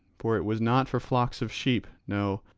for it was not for flocks of sheep, no,